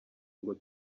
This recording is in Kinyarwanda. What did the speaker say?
ngo